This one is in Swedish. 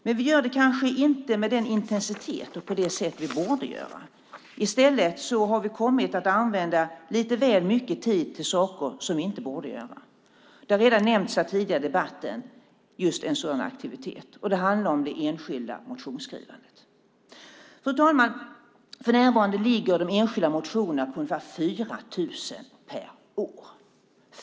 Men vi gör det kanske inte med den intensitet och på det sätt vi borde göra. I stället har vi kommit att använda lite väl mycket tid till saker som vi inte borde göra. Just en sådan aktivitet har redan nämnts tidigare i debatten, och det handlar om det enskilda motionsskrivandet. Fru talman! För närvarande ligger de enskilda motionerna på ungefär 4 000 per år.